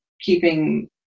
keeping